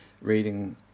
reading